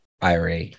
IRA